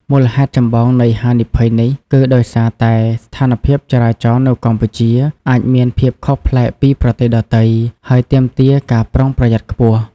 មូលហេតុចម្បងនៃហានិភ័យនេះគឺដោយសារតែ ស្ថានភាពចរាចរណ៍នៅកម្ពុជា អាចមានភាពខុសប្លែកពីប្រទេសដទៃ ហើយទាមទារការប្រុងប្រយ័ត្នខ្ពស់។